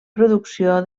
producció